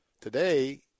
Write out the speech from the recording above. Today